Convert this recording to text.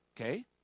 Okay